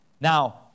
Now